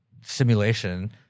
simulation